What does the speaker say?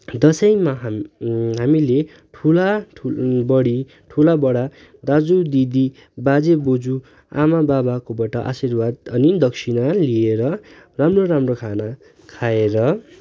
दसैँमा हाम हामीले ठुला बडी ठुला बडा दाजु दिदी बाजे बोज्यू आमा बाबाकोबाट आशिर्वाद अनि दक्षिणा लिएर राम्रो राम्रो खाना खाएर